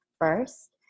first